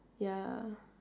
ya